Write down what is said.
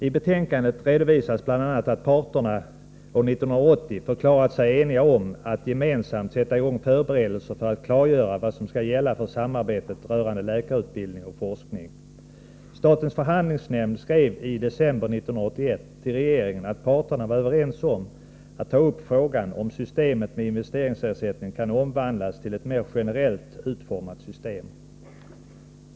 I betänkandet redovisas bl.a. att parterna år 1980 förklarade sig eniga om att gemensamt sätta i gång förberedelser för att klargöra vad som skall gälla för samarbetet rörande läkarutbildning och forskning. Statens förhandlingsnämnd skrev i december 1981 till regeringen att parterna var överens om att ta upp frågan om systemet med investeringsersättning kan omvandlas till ett mer generellt utformat system.